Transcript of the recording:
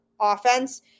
offense